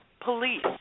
police